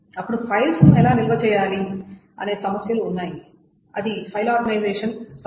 అప్పుడు ఫైల్స్ ను ఎలా నిల్వ చేయాలో అనే సమస్యలు ఉన్నాయి ఇది ఫైల్ ఆర్గనైజేషన్ సమస్య